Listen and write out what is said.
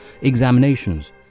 examinations